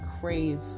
crave